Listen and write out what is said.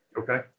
Okay